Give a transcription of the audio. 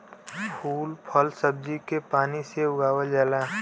फूल फल सब्जी के पानी से उगावल जाला